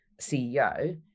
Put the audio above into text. CEO